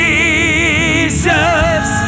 Jesus